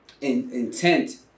intent